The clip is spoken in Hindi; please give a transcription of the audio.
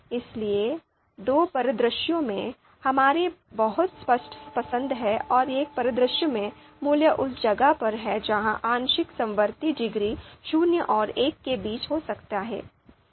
इसलिए दो परिदृश्यों में हमारी बहुत स्पष्ट पसंद है और एक परिदृश्य में मूल्य उस जगह पर है जहां आंशिक समवर्ती डिग्री शून्य और एक के बीच हो सकती है